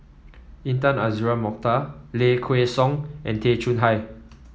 Intan Azura Mokhtar Low Kway Song and Tay Chong Hai